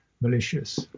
malicious